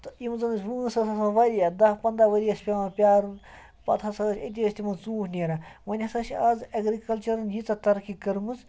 تہٕ یِم زَن اَسہِ وٲنٛس ٲس آسان واریاہ دَہ پنٛداہ ؤری ٲسۍ پٮ۪وان پیٛارُن پَتہٕ ہَسا أسۍ أتی ٲسۍ تِمَن ژوٗنٛٹھۍ نیران وۄنۍ ہَسا چھِ آز ایٚگرِکَلچَرن ییٖژاہ ترقی کٔرمٕژ